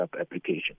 application